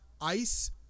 ice